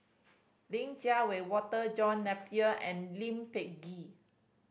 Li Jiawei Walter John Napier and Lee Peh Gee